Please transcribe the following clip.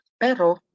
pero